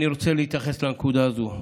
אני רוצה להתייחס לנקודה הזאת.